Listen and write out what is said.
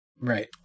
right